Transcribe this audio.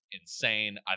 insane